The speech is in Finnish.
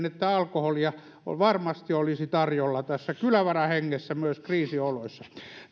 että alkoholia varmasti olisi tarjolla tässä kylävarahengessä myös kriisioloissa